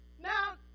Now